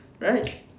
right